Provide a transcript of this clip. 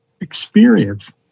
experience